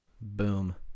Boom